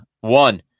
one